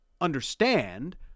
understand